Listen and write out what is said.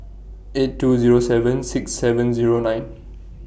eight two Zero seven six seven Zero nine